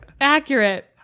accurate